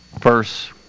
first